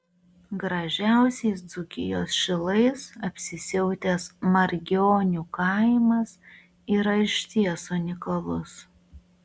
gražiausiais dzūkijos šilais apsisiautęs margionių kaimas yra išties unikalus